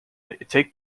take